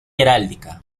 heráldica